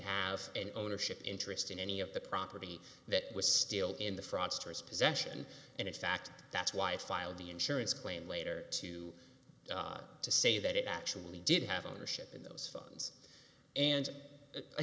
have an ownership interest in any of the property that was still in the fraudsters possession and in fact that's why it filed the insurance claim later to to say that it actually did have ownership in those phones and i